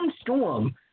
Storm